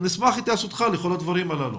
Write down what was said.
נשמח להתייחסותך לכל הדברים האלה.